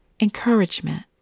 encouragement